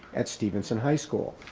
at stevenson high school.